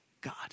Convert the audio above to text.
God